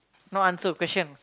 now answer question